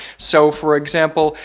so for example,